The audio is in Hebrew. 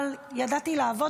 אבל ידעתי לעבוד,